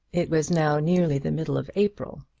it was now nearly the middle of april,